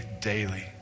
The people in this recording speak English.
daily